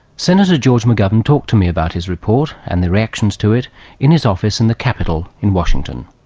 senator george mcgovern talked to me about his report and the reactions to it in his office in the capital in washington.